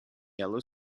yellow